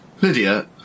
Lydia